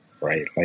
right